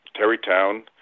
Terrytown